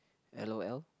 l_o_l